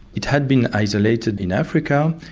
it had been isolated in africa,